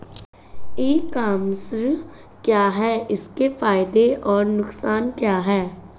ई commerce क्या है इसके फायदे और नुकसान क्या है?